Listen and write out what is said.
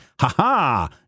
Ha-ha